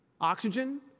Oxygen